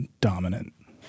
dominant